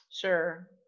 Sure